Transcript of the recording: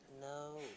No